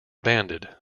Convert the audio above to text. banded